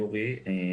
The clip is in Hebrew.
יורי לוין.